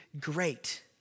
great